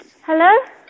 Hello